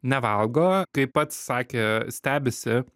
nevalgo kaip pats sakė stebisi